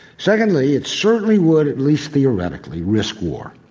secondly, it certainly would, at least theoretically, risk war,